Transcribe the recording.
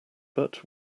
but